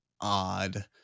odd